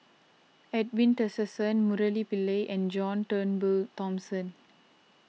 Edwin Tessensohn Murali Pillai and John Turnbull Thomson